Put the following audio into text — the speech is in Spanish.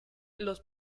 los